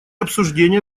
обсуждения